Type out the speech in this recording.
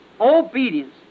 obedience